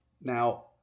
Now